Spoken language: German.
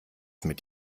mit